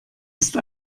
ist